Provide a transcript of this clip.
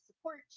support